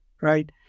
right